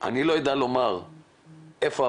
אני לא יודע לומר איפה הבעיה,